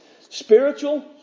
Spiritual